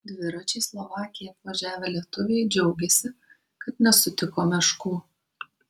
dviračiais slovakiją apvažiavę lietuviai džiaugiasi kad nesutiko meškų